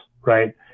right